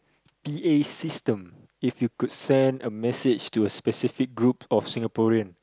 p_a system if you could send a message to a specific group of Singaporean